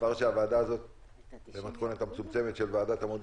דבר שהוועדה הזאת במתכונת המצומצמת של ועדת המשנה